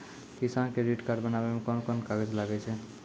किसान credit card बनाबै मे कोन कोन कागज लागै छै?